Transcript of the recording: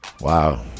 wow